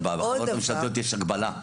לא, אבל בחברות ממשלתיות יש הגבלה.